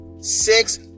six